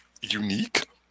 unique